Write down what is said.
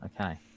Okay